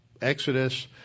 Exodus